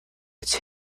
its